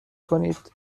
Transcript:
کنید